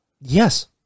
Yes